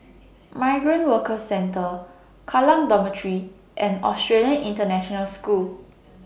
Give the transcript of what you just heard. Migrant Workers Centre Kallang Dormitory and Australian International School